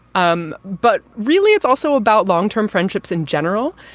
um but really, it's also about long term friendships in general.